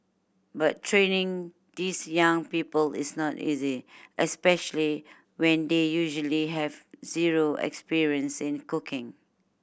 but training these young people is not easy especially when they usually have zero experience in cooking